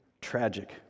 Tragic